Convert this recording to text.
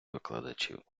викладачів